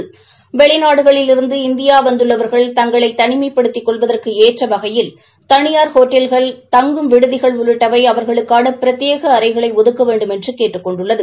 அதன் வெளிநாடுகளிலிருந்து இந்தியா வந்துள்ளவா்கள் தங்களை தனிமைப்படுத்திக் கொள்வதற்கு ஏற்ற வகையில் தனியார் ஹோட்டல்கள் தங்கும் விடுதிகள் உள்ளிட்டவை அவர்களுக்கான பிரத்யேக அறைகளை ஒதுக்க வேண்டுமென்று கேட்டுக் கொண்டுள்ளது